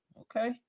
okay